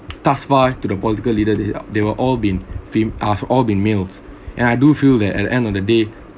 task by to the political leader they are they were all been famed uh all been meals and I do feel that at the end of the day